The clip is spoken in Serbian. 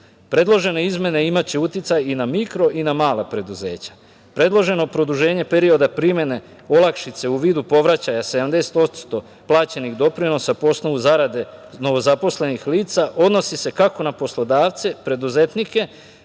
podržava. Predložene izmene imaće uticaj i na mikro i na mala preduzeća. Predloženo produženje perioda primene olakšice u vidu povraćaja 70% plaćenih doprinosa po osnovu zarade novozaposlenih lica odnosi se kako na poslodavce preduzetnike,